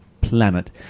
planet